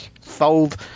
fold